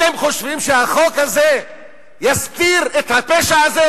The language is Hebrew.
אתם חושבים שהחוק הזה יסתיר את הפשע הזה?